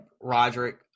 Roderick